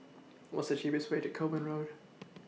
What's The cheapest Way to Kovan Road